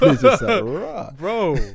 Bro